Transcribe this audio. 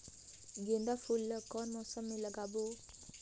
गेंदा फूल ल कौन मौसम मे लगाबो?